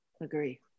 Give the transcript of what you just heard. agree